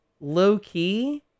Low-key